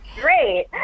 great